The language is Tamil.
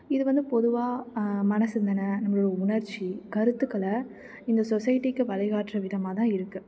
இது வந்து பொதுவாக மன சிந்தனை நம்மளோடய உணர்ச்சி கருத்துக்களை இந்த சொஸைட்டிக்கு வழிகாட்ற விதமாக தான் இருக்குது